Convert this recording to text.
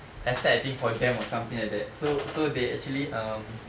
actually I think for them or something like that so so they actually um